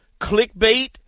clickbait